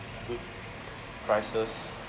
good prices